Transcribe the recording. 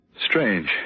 Strange